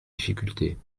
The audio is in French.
difficultés